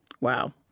Wow